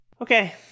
Okay